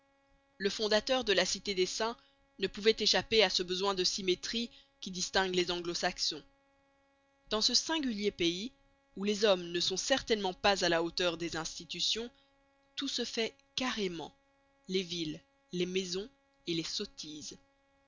le fondateur de la cité des saints ne pouvait échapper à ce besoin de symétrie qui distingue les anglo-saxons dans ce singulier pays où les hommes ne sont certainement pas à la hauteur des institutions tout se fait carrément les villes les maisons et les sottises